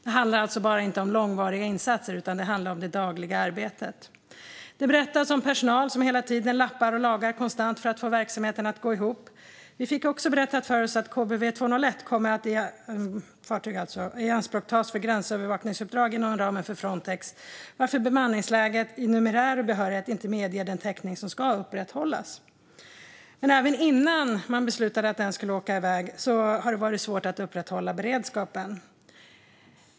Det handlar alltså inte bara om långvariga insatser, utan det handlar om det dagliga arbetet. Det berättas om personal som konstant lappar och lagar för att få verksamheten att gå ihop. Vi fick också berättat för oss att fartyget KBV 201 kommer att ianspråktas för gränsövervakningsuppdrag inom ramen för Frontex, varför bemanningsläget vad gäller numerär och behörighet inte medger den täckning som ska upprätthållas. Men även innan man beslutade att den skulle åka iväg har det varit svårt att upprätthålla beredskapen.